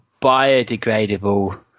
biodegradable